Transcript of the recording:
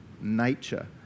nature